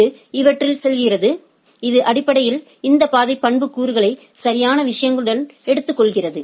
இது இவற்றில் செல்கிறது இது அடிப்படையில் இந்த பாதை பண்புக்கூறுகளை சரியான விஷயங்களுடன் எடுத்துக்கொள்கிறது